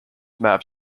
map